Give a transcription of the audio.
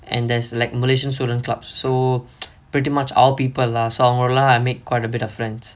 and there's like malaysian students clubs so pretty much our people lah so அவங்களோட:avangaloda lah I make quite a bit of friends